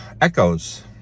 Echoes